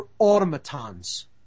automatons